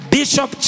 Bishop